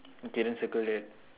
okay then circle that